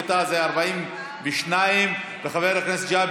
חברי הכנסת,